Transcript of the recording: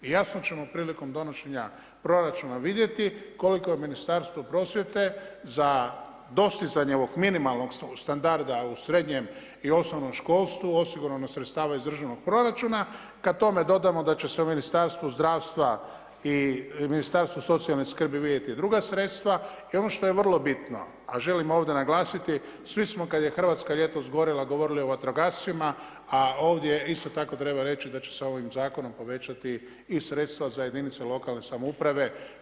I jasno ćemo prilikom donošenja proračuna vidjeti koliko je Ministarstvo prosvjete za dostizanje ovog minimalnog standarda u srednjem i osnovnom školstvu osigurano sredstava iz državnog proračuna kad tome dodamo da će se u Ministarstvu zdravstva i Ministarstvu socijalne skrbi vidjeti druga sredstva i ono što je vrlo bitno, a želim ovdje naglasiti, svi smo kad je Hrvatska ljetos gorila govorili o vatrogascima a ovdje isto tako treba reći da će se ovim zakonom povećati i sredstva za jedinice lokalne samouprave.